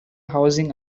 housing